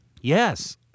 Yes